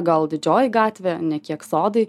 gal didžioji gatvė ne kiek sodai